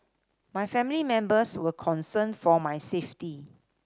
my family members were concerned for my safety